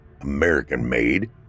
American-made